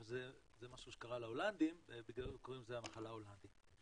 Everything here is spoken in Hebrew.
אבל זה משהו שקרה להולנדים לכן קוראים לזה המחלה ההולנדית.